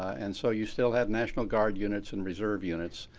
and so you still had national guard units and reserve units.